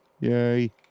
Yay